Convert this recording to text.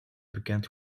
bekend